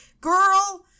girl